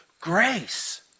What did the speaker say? grace